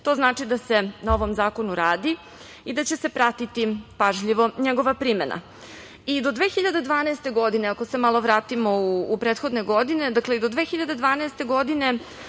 To znači da se na ovom zakonu radi i da će se pratiti pažljivo njegova primena. Do 2012. godine, ako se malo vratimo u prethodne godine, mogli su da se